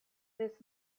this